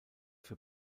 für